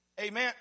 Amen